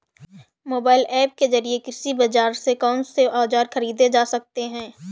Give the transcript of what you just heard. Mobile app के जरिए कृषि बाजार से कौन से औजार ख़रीदे जा सकते हैं?